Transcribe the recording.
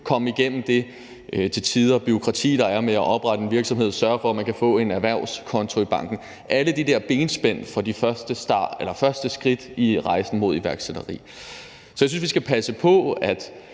bureaukrati, der til tider er forbundet med at oprette en virksomhed, og sørge for, at man kan få en erhvervskonto i banken, altså alle de der benspænd for det første skridt på rejsen mod iværksætteri. Så jeg synes, at vi skal passe på, at